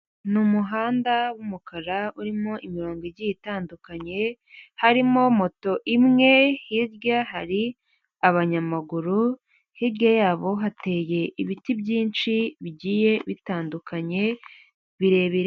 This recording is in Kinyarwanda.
Ni umuhanda w'umukara urimo imirongo igiye itandukanye, harimo moto imwe, hirya hari abanyamaguru, hirya yabo hateye ibiti byinshi bigiye bitandukanye birebire.